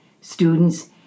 students